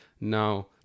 Now